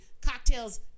cocktails